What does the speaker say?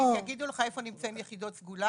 יגידו לך איפה נמצאים "יחידות סגולה".